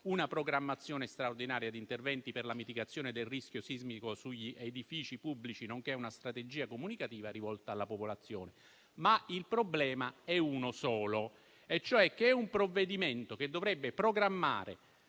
una programmazione straordinaria di interventi per la mitigazione del rischio sismico sugli edifici pubblici, nonché una strategia comunicativa rivolta alla popolazione. Il problema è uno solo e cioè il fatto che un provvedimento che dovrebbe programmare